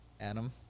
Adam